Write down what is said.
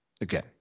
Again